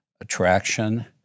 attraction